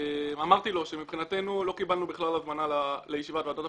אמרתי לו שמבחינתנו לא קיבלנו בכלל הזמנה לישיבת ועדת הבחירות,